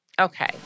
Okay